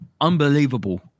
Unbelievable